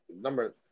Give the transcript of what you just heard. number